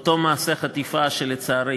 אותו מעשה חטיפה שלצערי